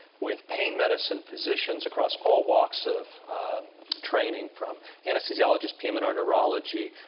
with pain medicine physicians across all walks of training, from anesthesiologists, pm and r, neurology,